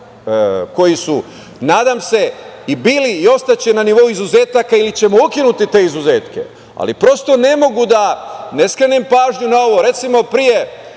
koje su nadam se i bile ostaće na nivou izuzetaka ili ćemo ukinuti te izuzetke, ali prosto ne mogu ne skrenem pažnju na ovo. Recimo, pre